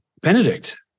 Benedict